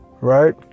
Right